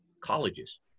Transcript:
colleges